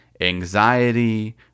anxiety